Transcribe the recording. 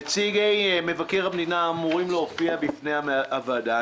נציגי מבקר המדינה אמורים להופיע בפני הוועדה.